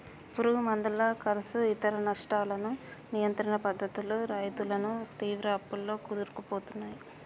పురుగు మందుల కర్సు ఇతర నష్టాలను నియంత్రణ పద్ధతులు రైతులను తీవ్ర అప్పుల్లో కూరుకుపోయాయి